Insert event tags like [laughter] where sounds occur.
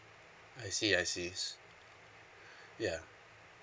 I see I see yes [breath] ya